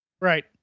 Right